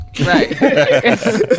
Right